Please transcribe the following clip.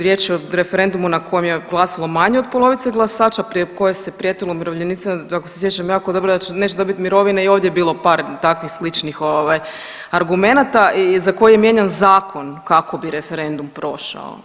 Riječ je o referendumu na kojem je glasalo manje od polovice glasača na kojem se prijetilo umirovljenicima, to se sjećam jako dobro da neće dobiti mirovine i ovdje je bilo par takvih sličnih argumenata za koje je mijenjan zakon kako bi referendum prošao.